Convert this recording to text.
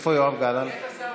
בעד, 23,